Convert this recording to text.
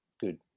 good